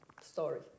story